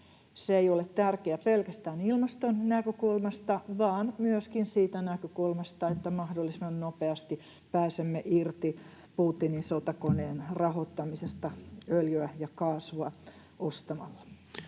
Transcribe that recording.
Se ei ole tärkeä pelkästään ilmaston näkökulmasta vaan myöskin siitä näkökulmasta, että mahdollisimman nopeasti pääsemme irti Putinin sotakoneen rahoittamisesta öljyä ja kaasua ostamalla.